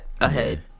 ahead